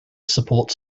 supports